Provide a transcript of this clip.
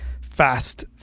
fast